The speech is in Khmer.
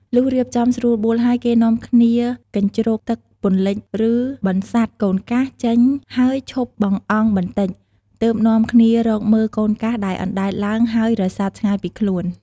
លុះរៀបចំស្រួលបួលហើយ គេនាំគ្នាកញ្ជ្រោកទឹកពន្លិច ឬបន្សាត់ "កូនកាស" ចេញ ហើយឈប់បង្អង់បន្តិច ទើបនាំគ្នារកមើល "កូនកាស" ដែលអណ្ដែតឡើងហើយរសាត់ឆ្ងាយពីខ្លួន។